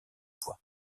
fois